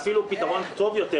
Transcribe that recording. זה אפילו פתרון טוב יותר.